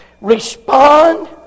respond